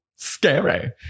Scary